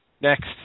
Next